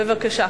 בבקשה.